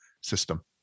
system